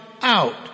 out